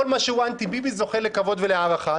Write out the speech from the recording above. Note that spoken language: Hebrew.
כל מה שהוא אנטי ביבי זוכה לכבוד ולהערכה.